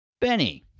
Benny